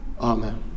amen